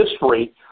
history